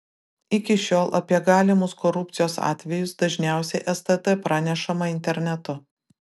iki šiol apie galimus korupcijos atvejus dažniausiai stt pranešama internetu